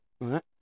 right